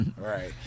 right